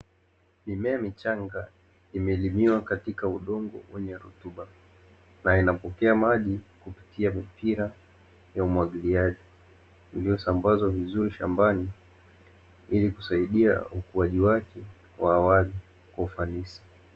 Mimea michanga imelimiwa katika udongo kwenye rutuba na inapokea maji kupitia mpira ya umwagiliaji, iliyosambazwa vizuri shambani ili kusaidia ukuaji wake wa awali kwa ufanisi.